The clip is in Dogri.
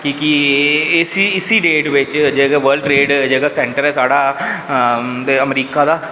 कि इसी डेट च वलर्ड ट्रेड सेंटर ऐ जेह्का साढ़ा ते अमरीका दा